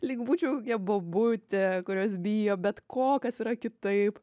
lyg būčiau kokia bobutė kurios bijo bet ko kas yra kitaip